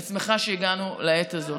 אני שמחה שהגענו לעת הזאת.